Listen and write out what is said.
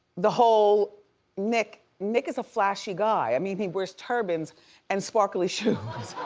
the whole nick, nick is a flashy guy, i mean he wears turbans and sparkly shoes.